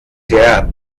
der